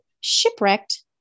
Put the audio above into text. shipwrecked